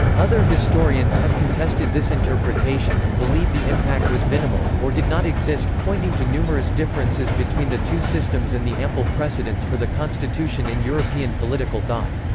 other historians have contested this interpretation and believe the impact was minimal, or did not exist, pointing to numerous differences between the two systems and the ample precedents for the constitution in european political thought.